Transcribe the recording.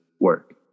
work